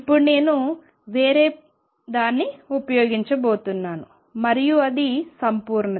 ఇప్పుడు నేను వేరేదాన్ని ఉపయోగించబోతున్నాను మరియు అది సంపూర్ణత